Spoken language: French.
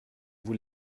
vous